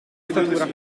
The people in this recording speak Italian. statura